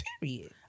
period